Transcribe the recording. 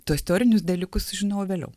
tuos teorinius dalykus sužinojau vėliau